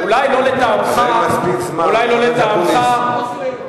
אולי לא לטעמך, אבל,